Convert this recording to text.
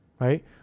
Right